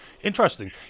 Interesting